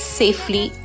safely